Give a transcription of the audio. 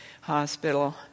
hospital